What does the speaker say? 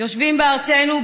יושבים בארצנו,